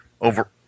over